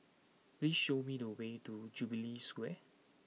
please show me the way to Jubilee Square